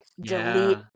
delete